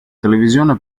televisione